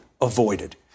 avoided